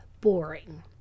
boring